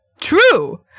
true